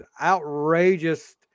outrageous